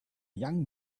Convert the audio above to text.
young